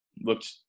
looked